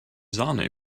sahne